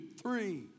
three